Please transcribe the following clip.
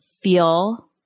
feel